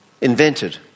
invented